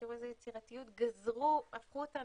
הפכו אותן